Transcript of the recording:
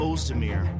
Ozdemir